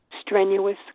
strenuous